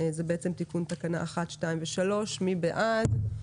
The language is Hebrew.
מי בעד?